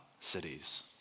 cities